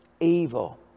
evil